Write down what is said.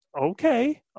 okay